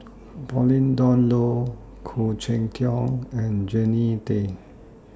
Pauline Dawn Loh Khoo Cheng Tiong and Jannie Tay